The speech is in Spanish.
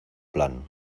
plan